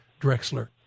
Drexler